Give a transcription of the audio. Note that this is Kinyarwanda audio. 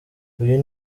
uyu